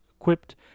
equipped